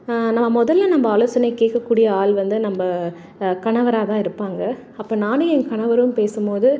நான் மொதலில் நம்ப ஆலோசனை கேட்கக்கூடிய ஆள் வந்து நம்ப கணவராக தான் இருப்பாங்க அப்போ நானும் என் கணவரும் பேசும்போது